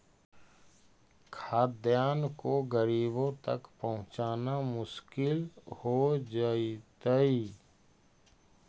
खाद्यान्न को गरीबों तक पहुंचाना मुश्किल हो जइतइ